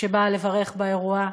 שבאה לברך באירוע,